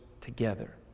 together